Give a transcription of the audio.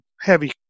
heavy